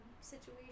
situation